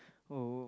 oh